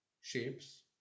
shapes